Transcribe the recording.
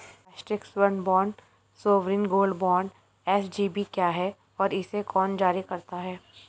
राष्ट्रिक स्वर्ण bond sovereign gold bond SGB क्या है और इसे कौन जारी करता है?